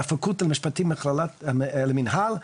מהפקולטה למשפטים המכללה למינהל,